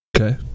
Okay